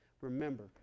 Remember